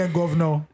governor